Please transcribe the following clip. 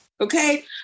okay